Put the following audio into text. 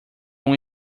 uma